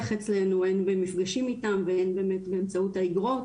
אצלינו הן במפגשים איתן והן באמת באמצעות האיגרות.